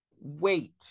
Wait